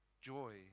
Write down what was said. Joy